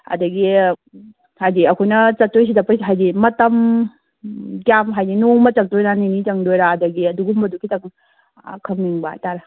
ꯑꯗꯒꯤ ꯍꯥꯏꯗꯤ ꯑꯩꯈꯣꯏꯅ ꯆꯠꯇꯣꯏꯁꯤꯗ ꯍꯥꯏꯗꯤ ꯃꯇꯝ ꯀꯌꯥꯝ ꯍꯥꯏꯗꯤ ꯅꯣꯡꯃ ꯆꯠꯇꯣꯏꯔꯥ ꯅꯤꯅꯤ ꯆꯪꯗꯣꯏꯔꯥ ꯑꯗꯒꯤ ꯑꯗꯨꯒꯨꯝꯕꯗꯨ ꯈꯤꯇꯪ ꯈꯪꯅꯤꯡꯕ ꯍꯥꯏꯇꯥꯔꯦ